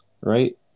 right